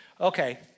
okay